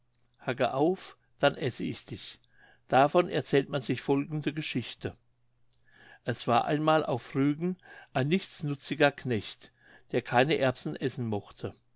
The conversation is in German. dann esse ich dich davon erzählt man sich folgende geschichte es war einmal auf rügen ein nichtsnutziger knecht der keine erbsen essen mochte